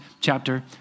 chapter